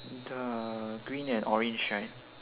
the green and orange right